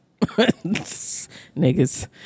niggas